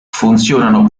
funzionano